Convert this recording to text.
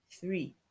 Three